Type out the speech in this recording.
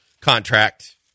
contract